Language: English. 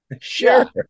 Sure